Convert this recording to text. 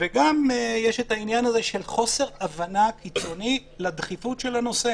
וגם יש את העניין של חוסר הבנה קיצוני לדחיפות של הנושא.